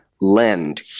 lend